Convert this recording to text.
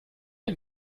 ein